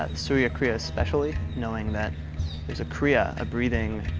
um surya kriya especially, knowing that it's a kriya, a breathing